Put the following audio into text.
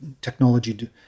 technology